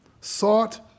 sought